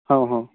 ହଉ ହଉ